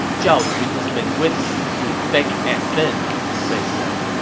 zhao yun has been with me through thick and thin, liu bei said.